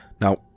Now